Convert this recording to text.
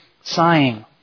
sighing